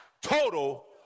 total